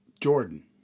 jordan